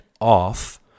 off